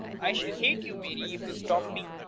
i shall hate you, mary, if you stop me.